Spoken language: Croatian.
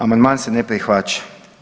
Amandman se ne prihvaća.